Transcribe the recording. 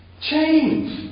change